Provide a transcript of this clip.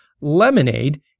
lemonade